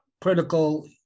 critical